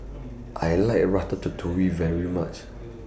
I like Ratatouille very much